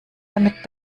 damit